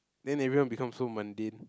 then everyone become so mundane